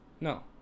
no